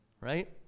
right